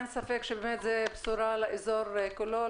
אין ספק שזו בשורה לאזור כולו,